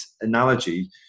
analogy